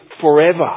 forever